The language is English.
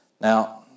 Now